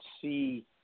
see